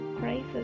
prices